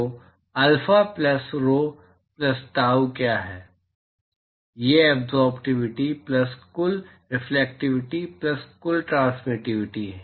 तो alpha plus RHO plus tau क्या है कुल एब्ज़ोर्बटिविटी प्लस कुल रिफ्लेक्टिविटी प्लस कुल ट्रांसमिटिविटी